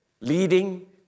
leading